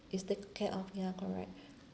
is taken care of ya correct